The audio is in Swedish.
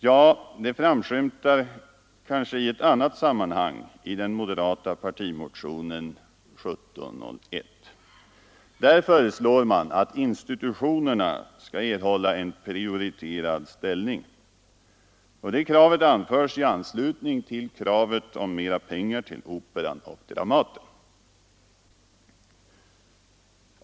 Ja, det framskymtar i annat sammanhang i den moderata partimotionen 1701. Där föreslås att institutionerna skall erhålla en prioriterad ställning. Det sker i anslutning till kravet på mera pengar till Operan och Dramaten.